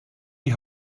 die